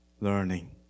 Learning